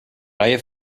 reihe